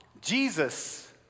Jesus